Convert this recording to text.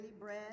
bread